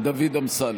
דוד אמסלם.